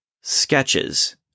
sketches